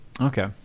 Okay